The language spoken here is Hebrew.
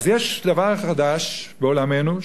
אז יש דבר חדש בעולמנו,